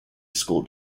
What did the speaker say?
school